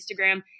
Instagram